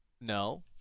No